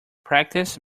practice